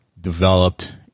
developed